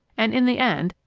and in the end,